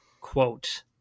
quote